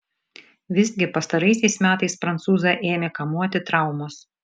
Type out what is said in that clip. visgi pastaraisiais metais prancūzą ėmė kamuoti traumos